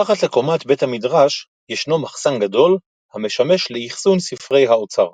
מתחת לקומת בית המדרש ישנו מחסן גדול המשמש לאחסון ספרי האוצר.